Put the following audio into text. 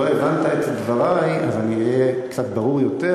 אם לא הבנת את דברי, אז אני אהיה קצת ברור יותר,